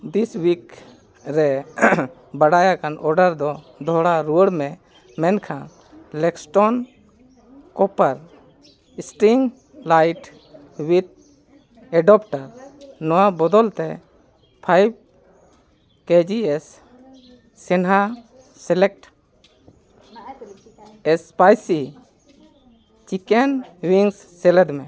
ᱫᱤᱥ ᱩᱭᱤᱠ ᱨᱮ ᱵᱟᱰᱟᱭ ᱟᱠᱟᱱ ᱚᱰᱟᱨ ᱫᱚ ᱫᱚᱦᱲᱟ ᱨᱩᱣᱟᱹᱲ ᱢᱮ ᱢᱮᱱᱠᱷᱟᱱ Lexton copper sting light with adapter ᱱᱚᱣᱟ ᱵᱚᱫᱚᱞᱼᱛᱮ ᱯᱷᱟᱭᱤᱵᱷ ᱠᱮ ᱡᱤ ᱮᱥ ᱥᱱᱮᱦᱟ select spicy chicken wings salad ᱢᱮ